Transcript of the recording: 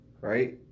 right